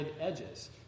edges